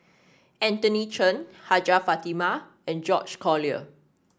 Anthony Chen Hajjah Fatimah and George Collyer